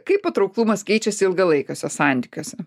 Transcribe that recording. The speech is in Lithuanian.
kaip patrauklumas keičiasi ilgalaikiuose santykiuose